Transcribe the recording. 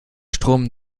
strom